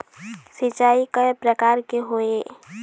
सिचाई कय प्रकार के होये?